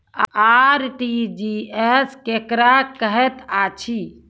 RTGS केकरा कहैत अछि?